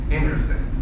Interesting